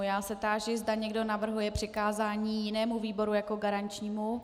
Táži se, zda někdo navrhuje přikázání jinému výboru jako garančnímu.